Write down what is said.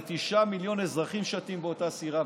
זה תשעה מיליון אזרחים שטים באותה סירה,